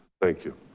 thank you.